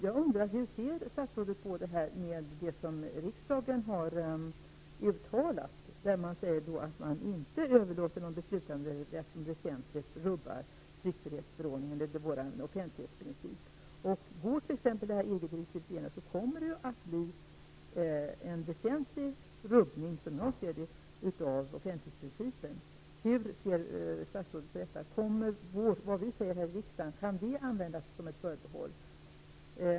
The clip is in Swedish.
Hur ser statsrådet på riksdagens uttalande om att man inte överlåter någon beslutanderätt som väsentligt rubbar tryckfrihetsförordningen och vår offentlighetsprincip? Går t.ex. det här EG direktivet igenom kommer det, som jag ser saken, att bli en ordentlig rubbning av offentlighetsprincipen. Hur ser statsrådet på detta? Kan det som vi säger här i riksdagen användas som ett förbehåll?